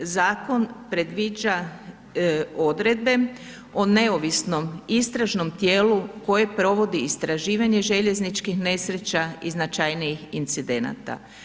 Zakon predviđa odredbe o neovisnom istražnom tijelu koje provodi istraživanje željezničkih nesreća i značajnijih incidenata.